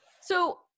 So-